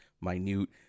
minute